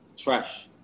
Trash